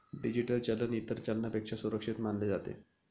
digital चलन इतर चलनापेक्षा सुरक्षित मानले जाते